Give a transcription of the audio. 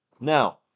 now